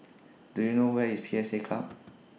Do YOU know Where IS P S A Club